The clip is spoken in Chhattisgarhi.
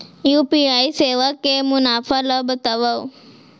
यू.पी.आई सेवा के मुनाफा ल बतावव?